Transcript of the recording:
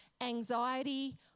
anxiety